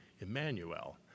Emmanuel